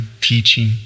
teaching